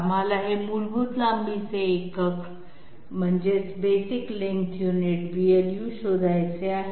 आम्हाला हे मूलभूत लांबीचे एकक शोधायचे आहे